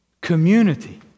Community